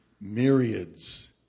myriads